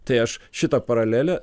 tai aš šitą paralelę